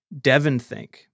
DevonThink